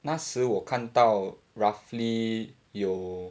那时我看到 roughly 有